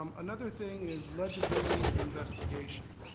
um another thing is legibility of investigation.